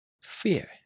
Fear